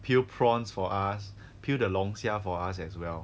peel prawns for us peel the 龙虾 for us as well